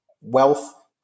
wealth